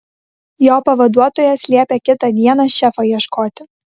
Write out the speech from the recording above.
jo pavaduotojas liepė kitą dieną šefo ieškoti